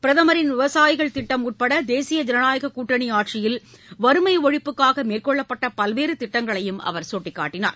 பிரதமரின் விவசாயிகள் திட்டம் உட்பட தேசிய ஜனநாயக கூட்டணி ஆட்சியில் வறுமை ஒழிப்புக்காக மேற்கொள்ளப்பட்ட பல்வேறு திட்டங்களையும் அவர் சுட்டிக்காட்டினார்